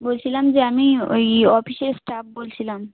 বলছিলাম যে আমি ওই অফিসের স্টাফ বলছিলাম